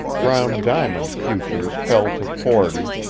crown diamond futures fell to forty,